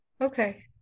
Okay